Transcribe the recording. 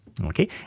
okay